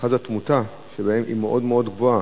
שאחוז התמותה בהן הוא מאוד מאוד גבוה.